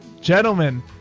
gentlemen